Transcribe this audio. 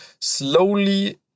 slowly